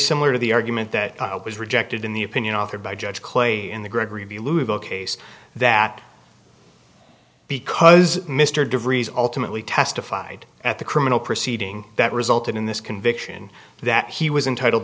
similar to the argument that was rejected in the opinion authored by judge clay in the gregg review louisville case that because mr de vries ultimately testified at the criminal proceeding that resulted in this conviction that he was entitled